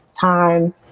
time